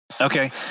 Okay